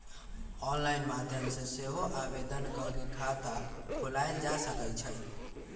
online माध्यम से सेहो आवेदन कऽ के खता खोलायल जा सकइ छइ